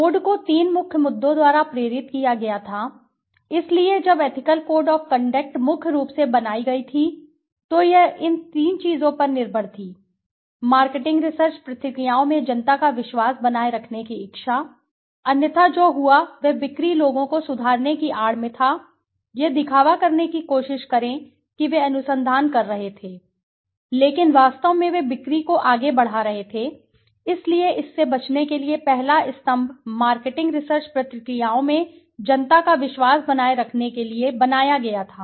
code को तीन मुख्य मुद्दों द्वारा प्रेरित किया गया था इसलिए जब एथिकल कोड ऑफ़ कंडक्ट मुख्य रूप से बनाई गई थी तो यह तीन चीजों पर निर्भर थी मार्केटिंग रिसर्च प्रक्रियाओं में जनता का विश्वास बनाए रखने की इच्छा अन्यथा जो हुआ वह बिक्री लोगों को सुधारने की आड़ में था यह दिखावा करने की कोशिश करें कि वे अनुसंधान कर रहे थे लेकिन वास्तव में वे बिक्री को आगे बढ़ा रहे थे इसलिए इससे बचने के लिए पहला स्तंभ मार्केटिंग रिसर्च प्रक्रियाओं में जनता का विश्वास बनाए रखने के लिए बनाया गया था